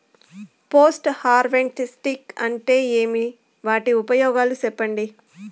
Post harvesting అంటే ఏమి? వాటి ఉపయోగాలు చెప్పండి?